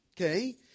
okay